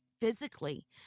physically